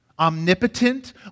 omnipotent